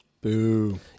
Boo